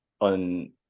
on